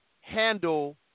handle